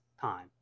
time